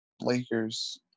Lakers